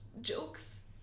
jokes